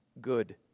good